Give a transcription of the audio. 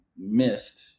missed